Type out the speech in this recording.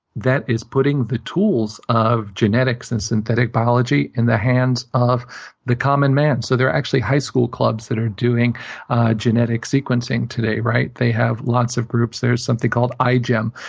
that is putting the tools of genetics and synthetic biology in the hands of the common man. so there are actually high school clubs that are doing genetic sequencing today. right? they have lots of groups. there's something called igem,